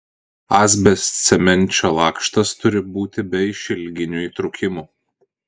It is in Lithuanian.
asbestcemenčio lakštas turi būti be išilginių įtrūkimų